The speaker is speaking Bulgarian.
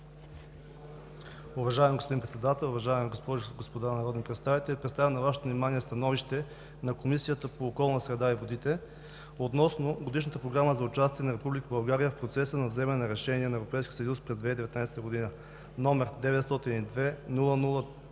Уважаеми господин Председател, уважаеми госпожи и господа народни представители! Представям на Вашето внимание „СТАНОВИЩЕ на Комисията по околната среда и водите относно Годишна програма за участие на Република България в процеса на вземане на решения на Европейския съюз през 2019 г., № 902-00-3,